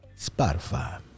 Spotify